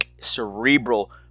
cerebral